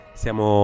siamo